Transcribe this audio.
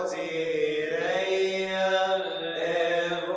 a a